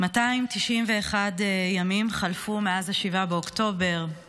291 ימים חלפו מאז 7 באוקטובר, עדיין,